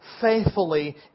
faithfully